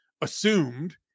assumed